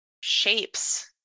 shapes